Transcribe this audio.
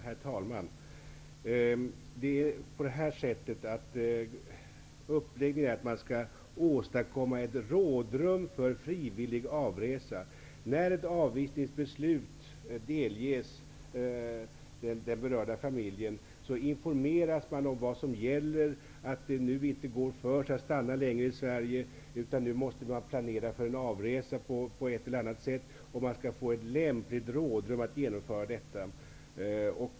Herr talman! Uppläggningen är den att man skall åstadkomma ett rådrum för frivillig avresa. När ett avvisningsbeslut delges berörd familj, informeras denna om vad som gäller. Man får t.ex. beskedet att det inte är möjligt att stanna längre i Sverige, utan nu måste det planeras för en avresa på ett eller annat sätt. Man skall få ett lämpligt rådrum för att genomföra detta.